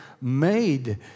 made